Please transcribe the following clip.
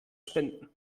spenden